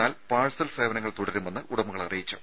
എന്നാൽ പാഴ്സൽ സേവനങ്ങൾ തുടരുമെന്ന് ഉടമകൾ അറിയിച്ചു